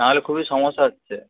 না হলে খুবই সমস্যা হচ্ছে